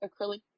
acrylic